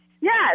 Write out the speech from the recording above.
yes